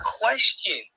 question